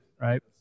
right